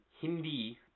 Hindi